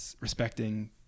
respecting